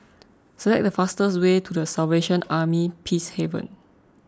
select the fastest way to the Salvation Army Peacehaven